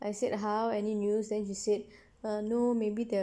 I said how any news then she said err no maybe they're